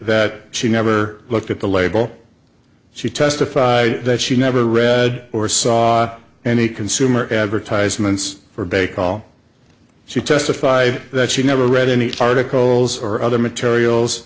that she never looked at the label she testified that she never read or saw any consumer advertisements for baseball she testified that she never read any articles or other materials